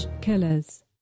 killers